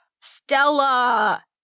Stella